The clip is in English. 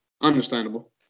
Understandable